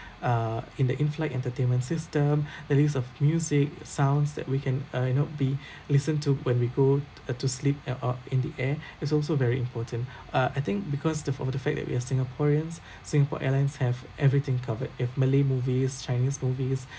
uh in the inflight entertainment system at least of music sounds that we can uh you know be listen to when we go uh to sleep at uh in the air is also very important uh I think because the for the fact that we are singaporeans Singapore Airlines have everything covered if malay movies chinese movies